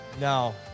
No